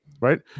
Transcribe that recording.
Right